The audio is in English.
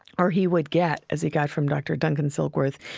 or he would get, as he got from dr. duncan silkworth,